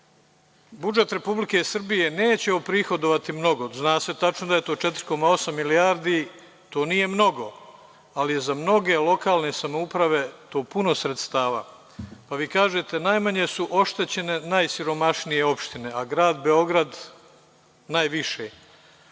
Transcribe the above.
Republike Srbije neće oprihodovati mnogo. Zna se tačno da je to 4,8 milijardi. To nije mnogo, ali je za mnoge lokalne samouprave to puno sredstava. Pa vi kažete najmanje su oštećene najsiromašnije opštine, a Grad Beograd najviše.